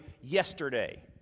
yesterday